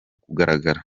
kugaragara